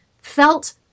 felt